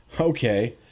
Okay